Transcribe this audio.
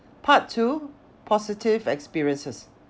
part two positive experiences